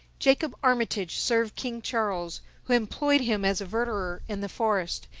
jacob armitage served king charles, who employed him as a verderer in the forest,